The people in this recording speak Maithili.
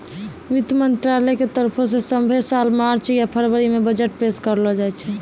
वित्त मंत्रालय के तरफो से सभ्भे साल मार्च या फरवरी मे बजट पेश करलो जाय छै